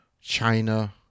china